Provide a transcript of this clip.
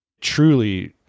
truly